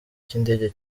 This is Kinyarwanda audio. cy’indege